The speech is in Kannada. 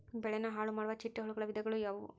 ಬೆಳೆನ ಹಾಳುಮಾಡುವ ಚಿಟ್ಟೆ ಹುಳುಗಳ ವಿಧಗಳು ಯಾವವು?